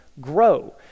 grow